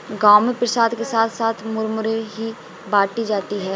गांव में प्रसाद के साथ साथ मुरमुरे ही बाटी जाती है